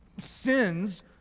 sins